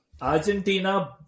Argentina